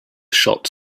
shots